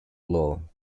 law